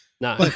No